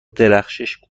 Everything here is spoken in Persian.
درخشش